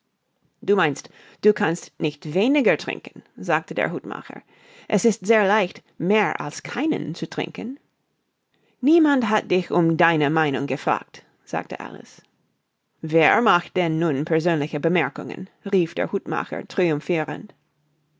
du meinst du kannst nicht weniger trinken sagte der hutmacher es ist sehr leicht mehr als keinen zu trinken niemand hat dich um deine meinung gefragt sagte alice wer macht denn nun persönliche bemerkungen rief der hutmacher triumphirend